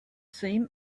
same